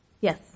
Yes